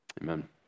amen